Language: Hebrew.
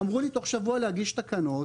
אמרו לי תוך שבוע להגיש תקנות